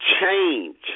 change